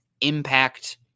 impact